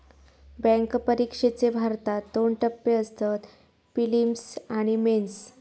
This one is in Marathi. बॅन्क परिक्षेचे भारतात दोन टप्पे असतत, पिलिम्स आणि मेंस